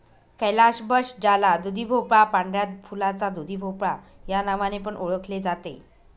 calabash ज्याला दुधीभोपळा, पांढऱ्या फुलाचा दुधीभोपळा या नावाने पण ओळखले जाते